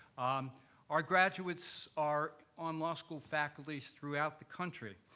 um our graduates are on law school faculties throughout the country,